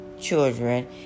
children